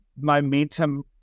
momentum